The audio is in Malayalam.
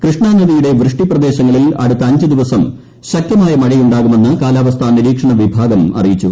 കൃഷ്ണാനദിയുടെ വൃഷ്ടിപ്രദേശങ്ങ ളിൽ അടുത്ത അഞ്ച് ദിവസം ശക്തമായ മഴയുണ്ടാകുമെന്ന് കാലാവസ്ഥാ നിരീക്ഷണവിഭാഗം അറിയിച്ചു